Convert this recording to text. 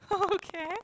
okay